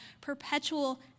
perpetual